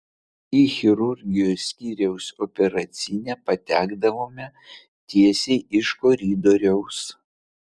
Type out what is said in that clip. į chirurgijos skyriaus operacinę patekdavome tiesiai iš koridoriaus